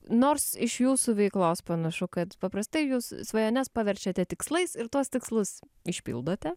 nors iš jūsų veiklos panašu kad paprastai jūs svajones paverčiate tikslais ir tuos tikslus išpildote